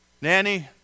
nanny